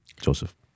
Joseph